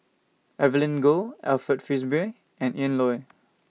Evelyn Goh Alfred Frisby and Ian Loy